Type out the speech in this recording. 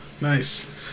nice